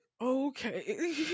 okay